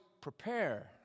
prepare